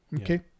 Okay